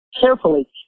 carefully